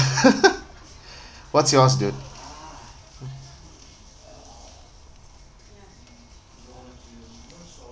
what's yours dude